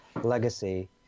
Legacy